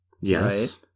Yes